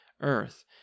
earth